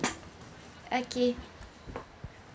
okay